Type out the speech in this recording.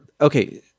okay